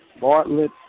Bartlett